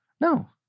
No